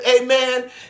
amen